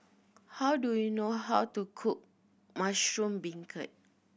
how do you know how to cook mushroom beancurd